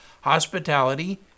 hospitality